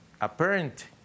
apparent